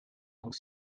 donc